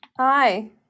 Hi